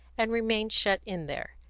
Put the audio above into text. and remained shut in there.